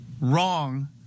wrong